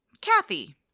Kathy